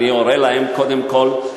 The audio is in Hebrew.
אני אורה להם: קודם כול,